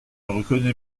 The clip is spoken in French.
reconnais